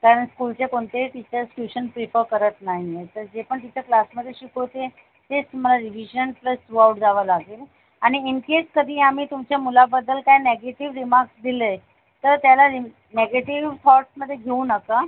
कारण स्कूलच्या कोणत्याही टीचर्स ट्यूशन प्रिफर करत नाही आहे तर जे पण टीचर क्लासमध्ये शिकवतील तेच तुम्हाला रिव्हीजन प्लस थ्रू आउट जावं लागेल आणि इन केस कधी आम्ही तुमच्या मुलाबद्दल काही नेगेटिव रिमार्क्स दिले तर त्याला रि नेगेटिव थॉट्समध्ये घेऊ नका